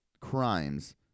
crimes